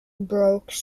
broke